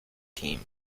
team